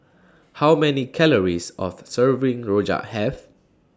How Many Calories of Serving Rojak Have